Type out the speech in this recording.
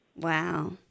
Wow